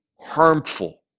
harmful